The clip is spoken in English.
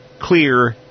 clear